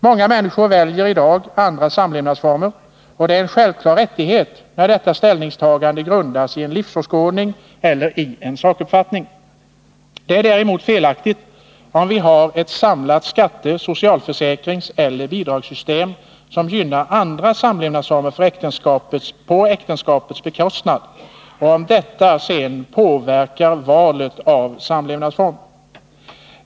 Många människor väljer i dag andra samlevnadsformer, och det är en självklar rättighet, när detta ställningstagande grundas på en livsåskådning eller sakuppfattning. Det är däremot felaktigt om vi har ett samlat skatte-, socialförsäkringseller bidragssystem som gynnar andra samlevnadsformer på äktenskapets bekostnad och om detta sedan påverkar valet av samlevnadsform.